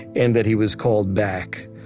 and that he was called back.